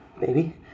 baby